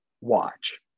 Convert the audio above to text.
Watch